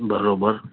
बराबरि